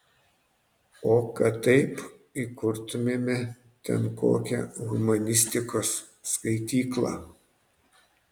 o kad taip įkurtumėme ten kokią humanistikos skaityklą